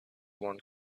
one